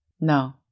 No